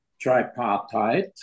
tripartite